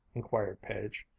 inquired page.